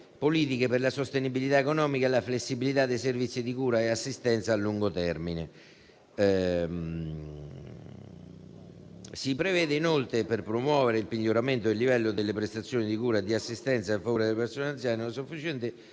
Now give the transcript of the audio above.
politiche per la sostenibilità economica e la flessibilità dei servizi di cura e assistenza a lungo termine. Si prevede, inoltre, per promuovere il miglioramento del livello delle prestazioni di cura e di assistenza a favore delle persone anziane non autosufficienti